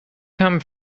come